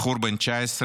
בחור בן 19,